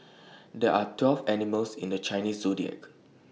there are twelve animals in the Chinese Zodiac